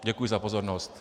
Děkuji za pozornost.